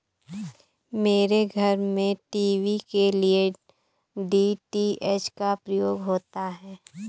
मेरे घर में टीवी के लिए डी.टी.एच का प्रयोग होता है